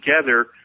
together